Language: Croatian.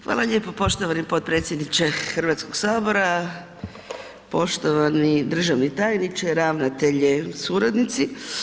Hvala lijepo poštovani potpredsjedniče Hrvatskog sabora, poštovani državni tajniče, ravnatelji, suradnici.